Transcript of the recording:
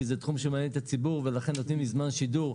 כי זה תחום שמעניין את הציבור ולכן נותנים לי זמן שידור,